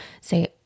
say